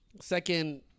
second